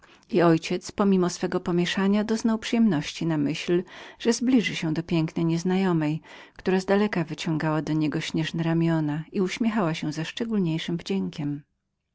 ojciec pomimo swego pomieszania doznał pewnej rozkoszy dowiedziawszy się że zbliży się do pięknej nieznajomej która z daleka wyciągała do niego snieżne ramiona i uśmiechała się ze szczególniejszym wdziękiem